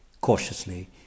cautiously